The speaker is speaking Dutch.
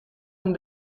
hun